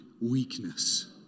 weakness